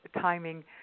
timing